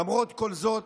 למרות כל זאת,